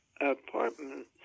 apartment